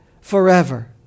forever